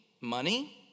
money